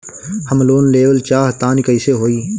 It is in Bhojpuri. हम लोन लेवल चाह तानि कइसे होई?